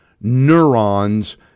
neurons